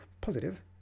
positive